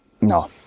No